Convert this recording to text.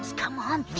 come on.